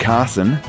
Carson